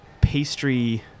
pastry